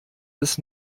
des